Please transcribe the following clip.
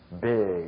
big